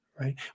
Right